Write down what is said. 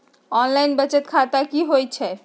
Online बचत खाता की होई छई?